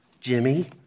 Jimmy